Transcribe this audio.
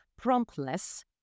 promptless